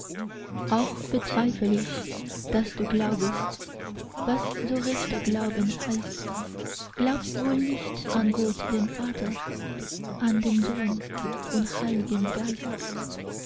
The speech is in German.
auch bezweifl ich daß du glaubest was so rechter glauben heißt glaubst wohl nicht an gott den vater an den sohn und heilgen geist